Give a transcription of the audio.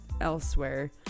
elsewhere